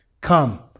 Come